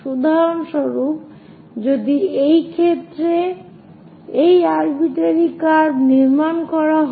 উদাহরণস্বরূপ তবে এই ক্ষেত্রে এই আরবিট্রারি কার্ভ নির্মাণ করা হয়